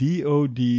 DOD